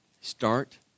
Start